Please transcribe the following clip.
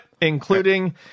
Including